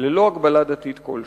ללא הגבלה דתית כלשהי.